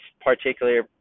particular